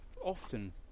often